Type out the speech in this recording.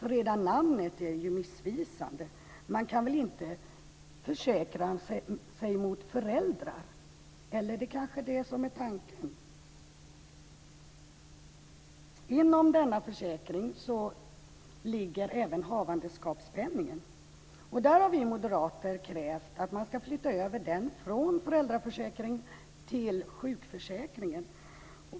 Redan namnet är ju missvisande. Man kan väl inte försäkra sig mot föräldrar, eller det är kanske det som är tanken. Inom denna försäkring ligger även havandeskapspenningen. Vi moderater har krävt att man ska flytta över den från föräldraförsäkringen till sjukförsäkringen.